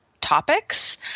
topics